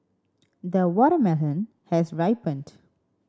the watermelon has ripened